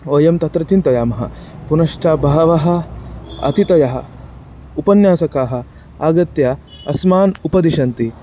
वयं तत्र चिन्तयामः पुनश्च बहवः अतिथयः उपन्यासकाः आगत्य अस्मान् उपदिशन्ति